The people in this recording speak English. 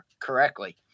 correctly